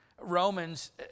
Romans